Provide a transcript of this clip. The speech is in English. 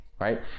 right